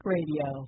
Radio